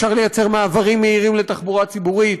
אפשר לייצר מעברים מהירים לתחבורה ציבורית,